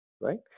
right